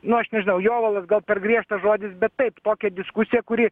nu aš nežinau jovalas gal per griežtas žodis bet taip tokia diskusija kuri